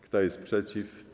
Kto jest przeciw?